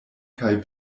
kaj